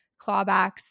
clawbacks